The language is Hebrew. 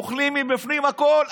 אוכלים מבפנים הכול,